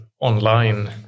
online